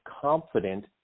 confident